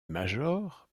major